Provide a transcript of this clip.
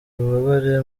ububabare